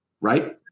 Right